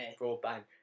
broadband